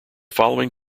following